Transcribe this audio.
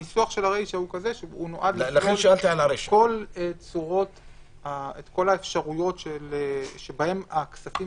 הניסוח של הרישא הוא כזה שמכיל את כל האפשרויות שבהן הכספים